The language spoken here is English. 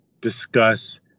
discuss